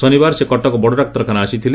ଶନିବାର ସେ କଟକ ବଡ ଡାକ୍ତରଖାନା ଆସିଥିଲେ